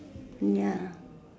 ya